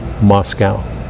Moscow